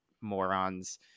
morons